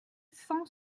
cent